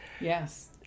Yes